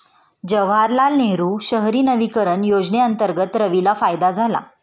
जवाहरलाल नेहरू शहरी नवीकरण योजनेअंतर्गत रवीला फायदा झाला